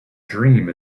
dream